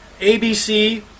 ABC